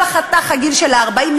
כל חתך הגיל של ה-40,